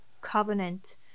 covenant